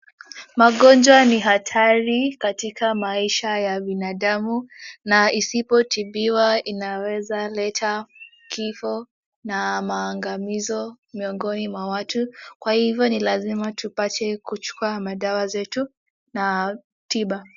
Magonjwa ni hatari katika maisha ya binadamu na isipotibiwa inaweza leta kifo na maangamizo miongoni mwa watu, kwa hivyo ni lazima tupate kuchukua madawa zetu na tiba.